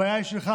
הבעיה היא שלך,